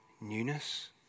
newness